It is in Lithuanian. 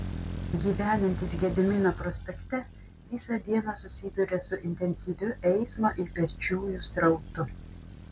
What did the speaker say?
gyvenantys gedimino prospekte visą dieną susiduria su intensyviu eismo ir pėsčiųjų srautu